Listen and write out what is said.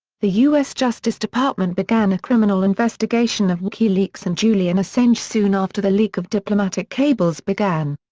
the u s. justice department began a criminal investigation of wikileaks and julian assange soon after the leak of diplomatic cables began.